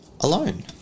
alone